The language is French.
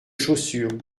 chaussures